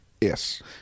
Yes